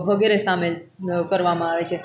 વગેરે સામેલ કરવામાં આવે છે